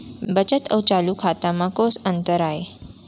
बचत अऊ चालू खाता में कोस अंतर आय?